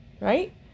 right